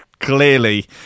Clearly